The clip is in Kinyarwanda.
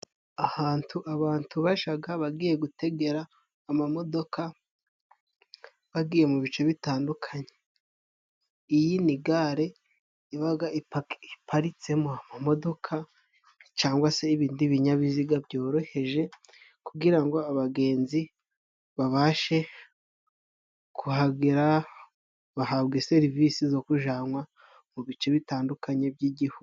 Ahantu abantu bacaga bagiye gutegera amamodoka bagiye mu bice bitandukanye. Iyi ni gare iba iparitsemo imodoka cangwa se ibindi binyabiziga byoroheje kugirango abagenzi babashe kuhagera bahabwa serivisi zo kujanwa mu bice bitandukanye by'igihugu.